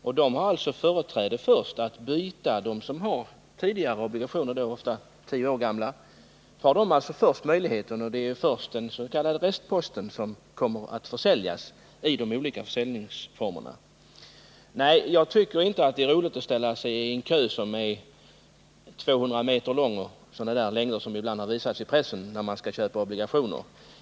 De som har de tidigare obligationerna — dessa måste vara minst tio år gamla — har företräde när det gäller att byta obligationerna mot nya. Den s.k. restposten kommer alltså först att försäljas i de olika försäljningsformerna. Nej, jag tycker inte att det är roligt att när man skall köpa obligationer behöva ställa sig i en kö som är 200 meter lång eller längre, såsom ibland har visats i pressen.